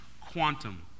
quantum